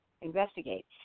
investigate